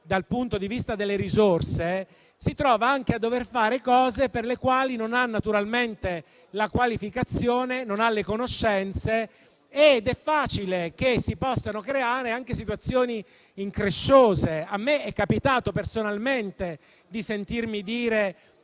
dal punto di vista delle risorse, si trova anche a dover fare cose per le quali non ha la qualificazione e le conoscenze, ed è facile che si possano creare anche situazioni incresciose. A me è capitato personalmente di sentirmi dire